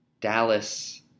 Dallas